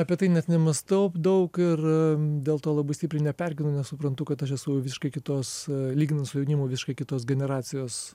apie tai net nemąstau daug ir dėl to labai stipriai nepergyvenu nes suprantu kad aš esu jau visiškai kitos lyginant su jaunimu visai kitos generacijos